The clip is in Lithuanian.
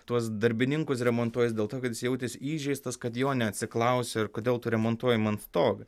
tuos darbininkus remontuojasi dėl to kad jis jautėsi įžeistas kad jo neatsiklausė ir kodėl tu remontuoji man stogą